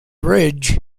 ridge